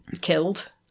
killed